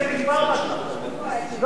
אבל קיים בסקטורים אחרים.